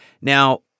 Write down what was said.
Now